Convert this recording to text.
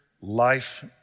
life